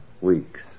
weeks